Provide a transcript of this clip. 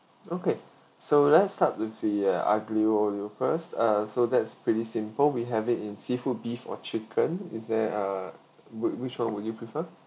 okay so let's start with the uh aglio olio first uh so that's pretty simple we have it in seafood beef or chicken is there uh would which one would you prefer